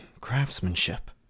craftsmanship